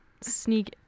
sneak